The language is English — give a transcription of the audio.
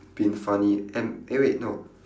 been funny and eh wait no